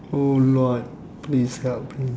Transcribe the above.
oh lord please help me